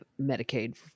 Medicaid